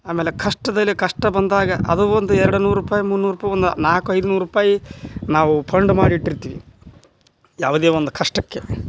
ಆಮೇಲೆ ಕಷ್ಟದಲ್ಲಿ ಕಷ್ಟ ಬಂದಾಗ ಅದು ಒಂದು ಎರ್ಡು ನೂರು ರೂಪಾಯಿ ಮುನ್ನೂರು ರೂಪಾಯಿ ಒಂದು ನಾಲ್ಕು ಐದುನೂರು ರೂಪಾಯಿ ನಾವು ಪಂಡ್ ಮಾಡಿಟ್ಟಿರ್ತೀವಿ ಯಾವುದೇ ಒಂದು ಕಷ್ಟಕ್ಕೆ